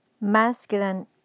masculine